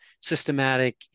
systematic